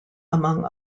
among